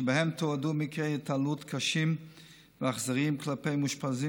שבהם תועדו מקרי התעללות קשים ואכזריים כלפי מאושפזים